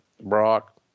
Brock